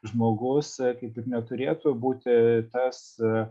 žmogus kaip ir neturėtų būti tas